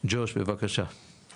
ג'וש, בבקשה.